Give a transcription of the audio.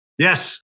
Yes